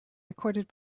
recorded